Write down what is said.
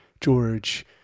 George